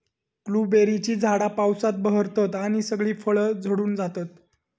ब्लूबेरीची झाडा पावसात बहरतत आणि सगळी फळा झडून जातत